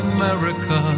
America